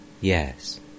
yes